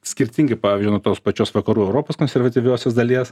skirtingai pavyzdžiui nuo tos pačios vakarų europos konservatyviosios dalies